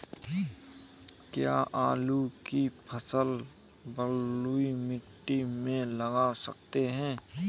क्या आलू की फसल बलुई मिट्टी में लगा सकते हैं?